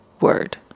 word